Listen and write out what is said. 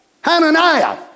Hananiah